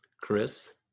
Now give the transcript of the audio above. Chris